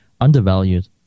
undervalued